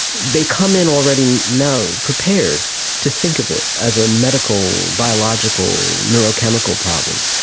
they come in already you know prepared to think of it as a medical, biological, neurochemical problem.